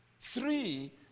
three